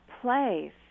place